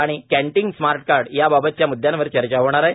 आणि canteen smart card या बाबतच्या मुद्यावर चर्चा घेणार आहे